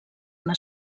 una